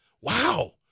Wow